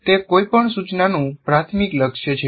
તે કોઈપણ સૂચનાનું પ્રાથમિક લક્ષ્ય છે